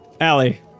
Allie